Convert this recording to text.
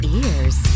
ears